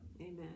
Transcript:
Amen